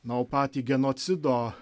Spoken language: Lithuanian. na o patį genocido